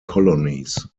colonies